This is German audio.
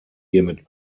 hiermit